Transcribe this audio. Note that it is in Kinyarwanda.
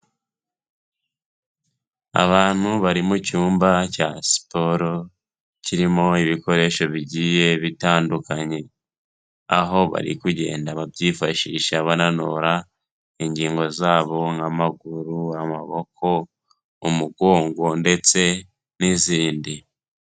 Abantu bari mu cyumba cya siporo kirimo ibikoresho bigiye bitandukanye, aho bari kugenda babyifashisha bananura ingingo zabo nk'amaguru, amaboko, umugongo ndetse n'izindi.